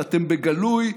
ואתם בגלוי,